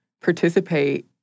participate